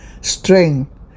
strength